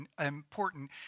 important